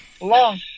long